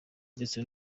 ndetse